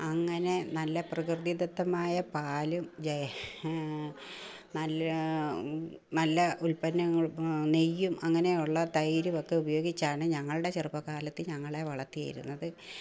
അങ്ങനെ നല്ല പ്രകൃതിദത്തമായ പാലും ജെയ് നല്ല നല്ല ഉത്പന്നങ്ങളും നെയ്യും അങ്ങനെയുള്ള തൈരുമൊക്കെ ഉപയോഗിച്ചാണ് ഞങ്ങളുടെ ചെറുപ്പകാലത്ത് ഞങ്ങളെ വളർത്തിയിരുന്നത്